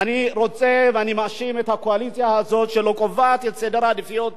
אני מאשים את הקואליציה הזאת שלא קובעת את סדר העדיפויות